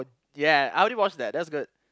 yeah I only watch that that's good